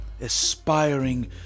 aspiring